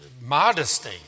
modesty